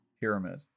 pyramid